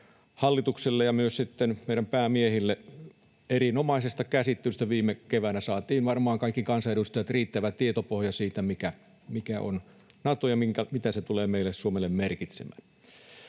hallituksellemme ja myös sitten meidän päämiehillemme erinomaisesta käsittelystä viime keväänä. Saatiin varmaan kaikki kansanedustajat riittävä tietopohja siitä, mikä on Nato ja mitä se tulee meille, Suomelle merkitsemään.